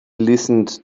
listened